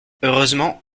heureusement